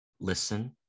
listen